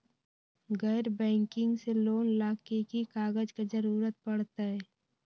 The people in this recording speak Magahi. गैर बैंकिंग से लोन ला की की कागज के जरूरत पड़तै?